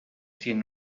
tiene